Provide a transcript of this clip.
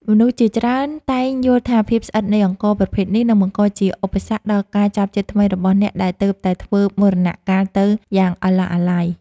មនុស្សជាច្រើនតែងយល់ថាភាពស្អិតនៃអង្ករប្រភេទនេះនឹងបង្កជាឧបសគ្គដល់ការចាប់ជាតិថ្មីរបស់អ្នកដែលទើបតែធ្វើមរណកាលទៅយ៉ាងអាឡោះអាល័យ។